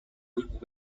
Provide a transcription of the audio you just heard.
good